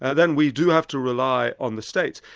then we do have to rely on the states.